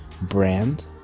brand